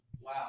Wow